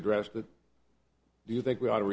address that you think we ought to